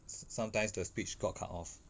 s~ sometimes the speech got cut off